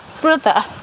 brother